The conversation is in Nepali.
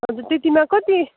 हजुर त्यतिमा कति